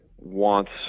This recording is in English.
wants